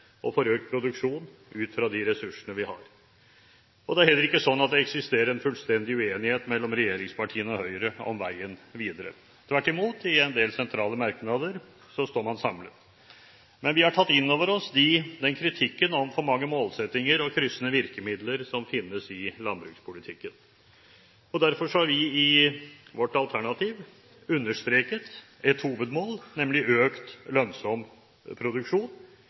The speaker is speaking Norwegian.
og for økt produksjon ut fra de ressursene vi har. Det er heller ikke slik at det eksisterer en fullstendig uenighet mellom regjeringspartiene og Høyre om veien videre. Tvert imot, i en del sentrale merknader står man samlet. Men vi har tatt inn over oss kritikken om for mange målsettinger og kryssende virkemidler som finnes i landbrukspolitikken. Derfor har vi i vårt alternativ understreket et hovedmål, nemlig økt lønnsom produksjon,